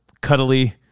cuddly